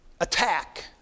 attack